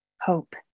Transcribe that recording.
hope